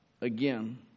Again